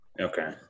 Okay